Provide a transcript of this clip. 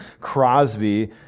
Crosby